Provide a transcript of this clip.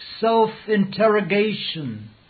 self-interrogation